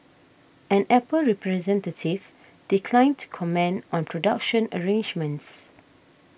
an Apple representative declined to comment on production arrangements